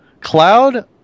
Cloud